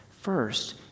First